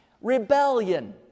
rebellion